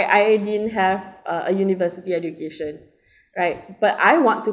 I didn't have uh a university education right but I want to